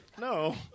No